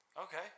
Okay